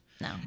no